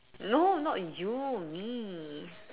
no not you me